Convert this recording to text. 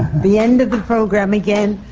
the end of the program again.